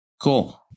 Cool